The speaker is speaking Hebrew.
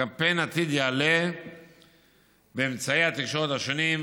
הקמפיין בעתיד יעלה באמצעי התקשורת השונים,